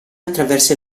attraversa